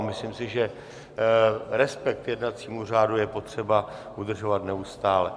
A myslím si, že respekt k jednacímu řádu je potřeba udržovat neustále.